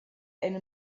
eine